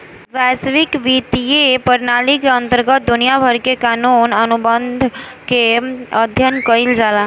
बैसविक बित्तीय प्रनाली के अंतरगत दुनिया भर के कानूनी अनुबंध के अध्ययन कईल जाला